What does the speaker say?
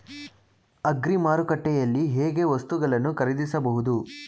Agri ಮಾರುಕಟ್ಟೆಯಲ್ಲಿ ಹೇಗೆ ವಸ್ತುಗಳನ್ನು ಖರೀದಿಸಬಹುದು?